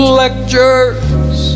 lectures